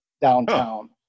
downtown